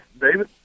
David